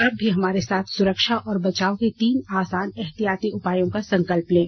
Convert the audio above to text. आप भी हमारे साथ सुरक्षा और बचाव के तीन आसान एहतियाती उपायों का संकल्प लें